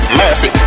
mercy